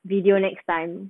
video next time